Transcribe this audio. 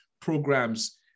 programs